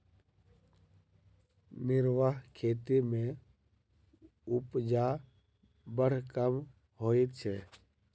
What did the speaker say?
निर्वाह खेती मे उपजा बड़ कम होइत छै